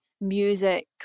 music